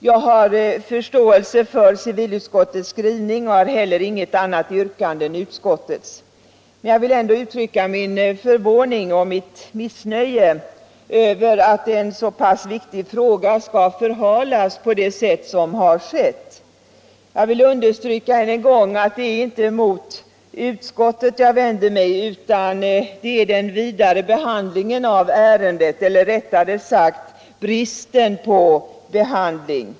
Jag har förståelse för civilutskottets skrivning och har heller inget annat yrkande än utskottets. Men jag vill ändå uttrycka min förvåning och mitt missnöje över att en så pass viktig fråga skall förhalas på det sätt som här har skett. Jag vill emellertid än en gång understryka att det är inte mot utskottet jag då vänder mig utan mot den vidare behandlingen av ärendet — eller rättare sagt bristen på behandling.